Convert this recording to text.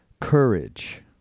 Courage